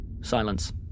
Silence